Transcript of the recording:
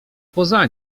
poza